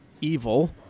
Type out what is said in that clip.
evil